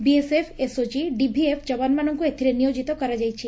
BSF SOG ଓ DVF ଯବାନମାନଙ୍କୁ ଏଥିରେ ନିୟୋଜିତ କରାଯାଇଛି